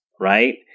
right